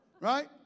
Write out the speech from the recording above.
Right